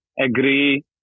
agree